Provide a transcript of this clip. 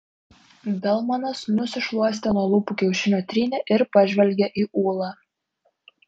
belmanas nusišluostė nuo lūpų kiaušinio trynį ir pažvelgė į ūlą